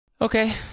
Okay